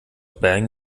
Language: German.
bayern